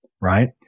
right